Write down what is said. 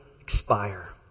expire